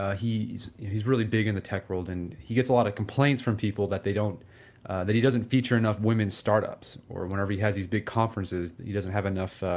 ah he's he's really big in the tech world and he gets a lot of complains from people that they don't that he doesn't feature enough women startups, or whenever he has his big conferences he doesn't have enough